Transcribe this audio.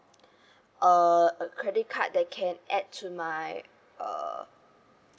a a credit card that can add to my uh